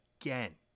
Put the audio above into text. again